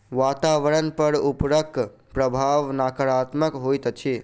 वातावरण पर उर्वरकक प्रभाव नाकारात्मक होइत अछि